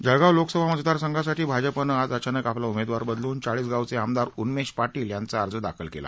जळगाव लोकसभा मतदारसंघासाठी भाजपनं आज अचानक आपला उमेदवार बदलून चाळीसगावचे आमदार उन्मेष पाटील यांचा अर्ज दाखल केला